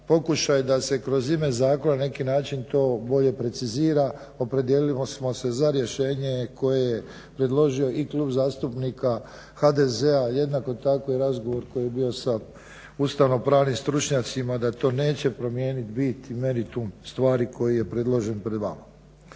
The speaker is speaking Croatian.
pokušaj da se kroz ime zakon neki način to bolje precizira. Opredijelili smo se za rješenje koje je predložio i Klub zastupnika HDZ-a jednako tako i razgovor koji je bio sa ustavno-pravnim stručnjacima da to neće promijeniti bit i meritum stvari koji je predložen pred vama.